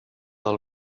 del